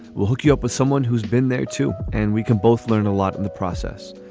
we'll hook you up with someone who's been there, too, and we can both learn a lot in the process.